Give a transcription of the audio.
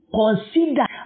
consider